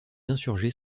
insurgés